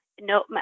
no